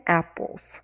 apples